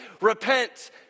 Repent